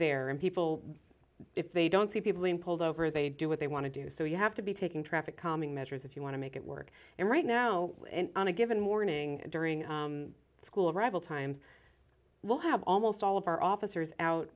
there and people if they don't see people being pulled over they do what they want to do so you have to be taking traffic calming measures if you want to make it work and right now on a given morning during school arrival times we'll have almost all of our officers out